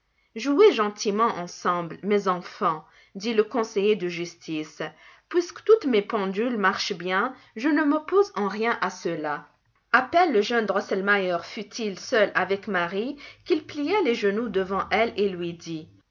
jouez gentiment ensemble mes enfants dit le conseiller de justice puisque toutes mes pendules marchent bien je ne m'oppose en rien à cela à peine le jeune drosselmeier fut-il seul avec marie qu'il plia les genoux devant elle et lui dit